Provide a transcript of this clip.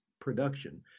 production